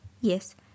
Yes